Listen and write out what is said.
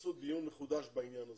תעשו דיון מחודש בעניין הזה,